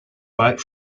back